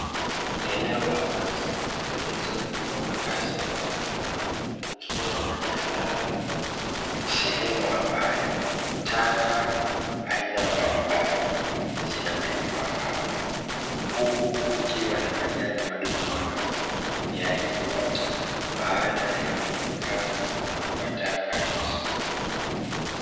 Eneo la wazi pembezoni mwa makazi ya watu, kukiwa na jalala sehemu ambayo taka aina mbalimbali zinatupwa hapo, huku kukiwa na majani madogo madogo yaliyoota baada ya mrundikano wa taka hizo.